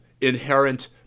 inherent